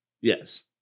Yes